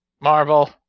Marvel